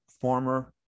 former